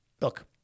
Look